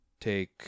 take